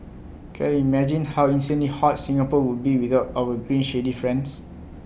can you imagine how insanely hot Singapore would be without our green shady friends